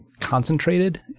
concentrated